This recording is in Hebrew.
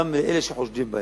גם מאלה שחושדים בהם,